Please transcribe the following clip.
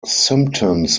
symptoms